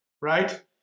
right